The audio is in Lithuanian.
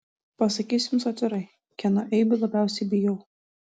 pasakysiu jums atvirai kieno eibių labiausiai bijau